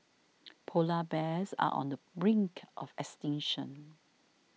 Polar Bears are on the brink of extinction